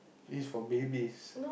this is for babies